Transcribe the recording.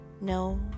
No